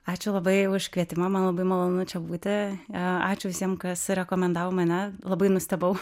ačiū labai už kvietimą man labai malonu čia būti ačiū visiems kas rekomendavo mane labai nustebau